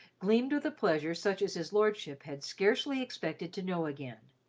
gleamed with a pleasure such as his lordship had scarcely expected to know again.